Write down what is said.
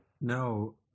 No